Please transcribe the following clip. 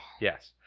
Yes